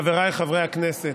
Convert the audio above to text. חבריי חברי הכנסת,